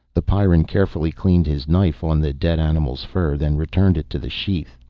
the pyrran carefully cleaned his knife on the dead animal's fur, then returned it to the sheath.